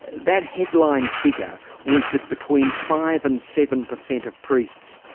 that headline figure was that between five and seven per cent of priests,